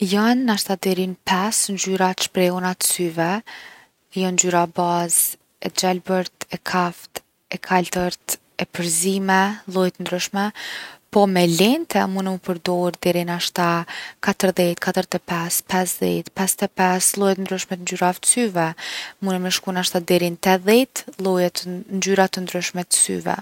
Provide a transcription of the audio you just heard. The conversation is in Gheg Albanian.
Jon nashta deri n’5 t’shprehuna t’syve. Jon ngjyra bazë e gjelbërt, e kaft, e kaltërt, e përzime, lloje t’ndryshme. Po me lente munen m’u përdor deri nashta 40, 45, 50, 55 lloje t’ndryshme t’ngjyrave t’syve. Munen me shku nashta deri n’80 lloj- ngjyra t’ndryshme t’syve.